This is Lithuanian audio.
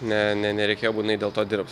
ne ne nereikėjo būtinai dėl to dirbt